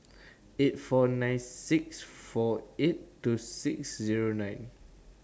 eight four nine six four eight two six Zero nine